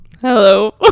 hello